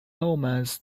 omens